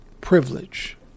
privilege